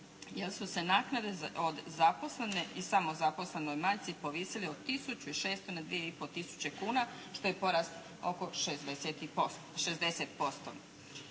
jer su se naknade od zaposlene i samo zaposlenoj majci povisile od tisuću 600 na dvije i pol tisuće kuna što je porast oko 60%.